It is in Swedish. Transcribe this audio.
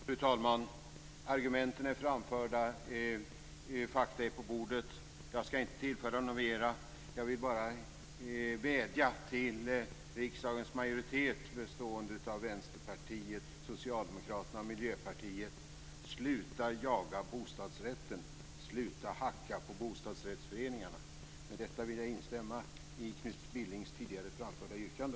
Fru talman! Argumenten är framförda. Fakta är på bordet. Jag skall inte tillföra något mer. Jag vill bara vädja till riksdagens majoritet, bestående av Vänsterpartiet, Socialdemokraterna och Miljöpartiet, att sluta jaga bostadsrätten. Sluta hacka på bostadsrättsföreningarna! Med detta vill jag instämma i Knut Billings tidigare framförda yrkande.